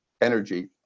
energy